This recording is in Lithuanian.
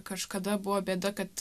kažkada buvo bėda kad